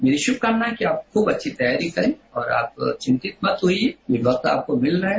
मेरी शुभकामना है कि आप खूब अच्छी तैयारी करें और आप चिंतित मत होइए ये वक्त आपको मिल रहा है